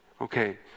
Okay